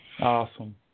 Awesome